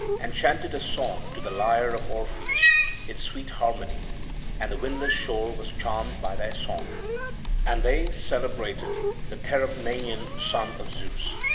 and chanted a song to the lyre of orpheus in sweet harmony and the windless shore was charmed by their song and they celebrated the therapnaean son of zeus.